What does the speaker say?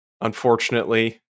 unfortunately